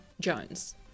Jones